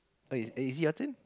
oi oi is it your turn